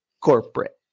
Corporate